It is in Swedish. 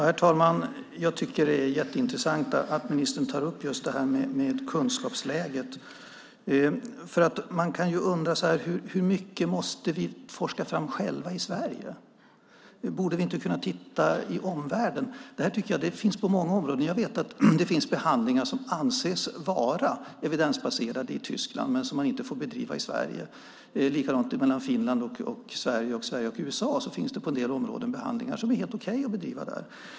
Herr talman! Jag tycker att det är jätteintressant att ministern tar upp kunskapsläget. Hur mycket måste vi forska fram själva i Sverige? Borde vi inte kunna titta i omvärlden? Det här finns på många områden. Jag vet att det finns behandlingar som anses vara evidensbaserade i Tyskland men som man inte får bedriva i Sverige. Likadant finns vid en jämförelse mellan Finland och Sverige, och Sverige och USA, på en del områden behandlingar som är helt okej att bedriva där.